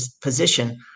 position